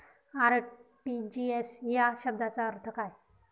RTGS या शब्दाचा अर्थ काय?